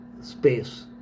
space